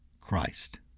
Christ